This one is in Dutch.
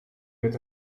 met